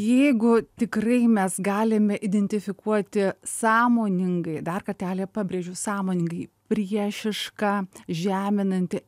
jeigu tikrai mes galime identifikuoti sąmoningai dar kartelį pabrėžiu sąmoningai priešišką žeminantį